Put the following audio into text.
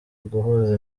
uguhuza